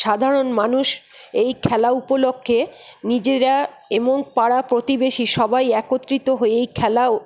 সাধারণ মানুষ এই খেলা উপলক্ষে নিজেরা এবং পাড়া প্রতিবেশী সবাই একত্রিত হয়ে এই খেলা